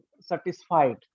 satisfied